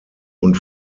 und